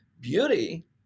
beauty